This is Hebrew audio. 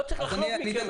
לא צריך לחלוב מכם.